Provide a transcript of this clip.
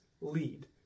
lead